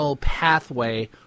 pathway